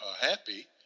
happy